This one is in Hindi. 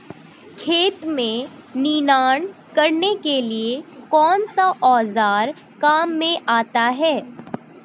खेत में निनाण करने के लिए कौनसा औज़ार काम में आता है?